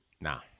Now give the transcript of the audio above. Nah